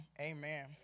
amen